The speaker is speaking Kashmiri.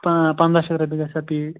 تا پنٛداہ شَتھ رۄپیہِ گژھِ سۄ پیٖٹ